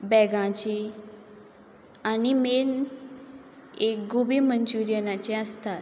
बॅगाचीं आनी मेन एक गॉबी मंचुरियनाचीं आसता